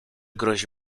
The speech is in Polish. grozi